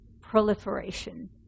proliferation